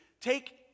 ...take